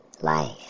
life